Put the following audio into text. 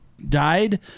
died